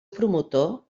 promotor